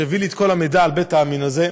שהביא לי את כל המידע על בית העלמין הזה.